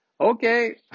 okay